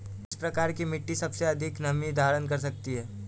किस प्रकार की मिट्टी सबसे अधिक नमी धारण कर सकती है?